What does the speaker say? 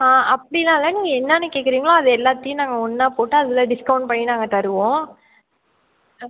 ஆ அப்படிலாம் இல்லை நீங்கள் என்னென்ன கேட்குறீங்களோ அது எல்லாத்தையும் நாங்கள் ஒன்னாக போட்டு அதில் டிஸ்கவுண்ட் பண்ணி நாங்கள் தருவோம்